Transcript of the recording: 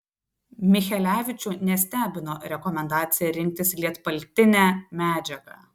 michelevičių nestebino rekomendacija rinktis lietpaltinę medžiagą